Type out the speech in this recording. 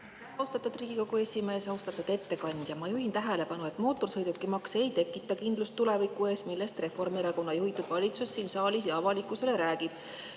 Austatud Riigikogu esimees! Austatud ettekandja! Ma juhin tähelepanu, et mootorsõidukimaks ei tekita kindlust tuleviku ees, millest Reformierakonna juhitud valitsus siin saalis ja avalikkusele räägib.